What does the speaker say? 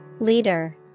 leader